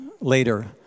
later